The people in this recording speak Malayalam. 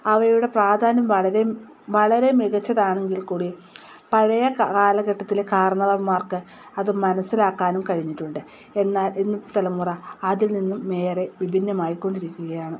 അവയുടെ പ്രാധാന്യം വളരെ വളരെ മികച്ചത് ആണെങ്കിൽക്കൂടി പഴയ കാലഘട്ടത്തിലെ കരണവന്മാർക്ക് അത് മനസ്സിലാക്കാനും കഴിഞ്ഞിട്ടുണ്ട് എന്നാൽ ഇന്നത്തെ തലമുറ അതിൽ നിന്നും നേരെ വിഭിന്നമായിക്കൊണ്ടിരിക്കുകയാണ്